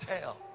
tell